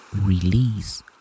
release